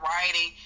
writing